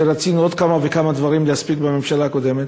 שרצינו עוד כמה וכמה דברים להספיק בממשלה הקודמת,